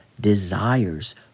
desires